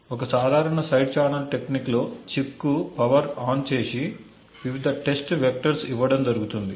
ఒక సాధారణ side channel టెక్నిక్లో చిప్కు పవర్ ఆన్ చేసి వివిధ టెస్ట్ వెక్టర్స్ ఇవ్వటం జరుగుతుంది